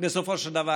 בסופו של דבר.